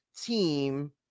team